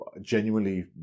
genuinely